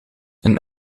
een